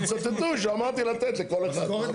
שיצטטו שאמרתי לתת לכל אחד.